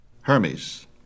Hermes